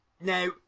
now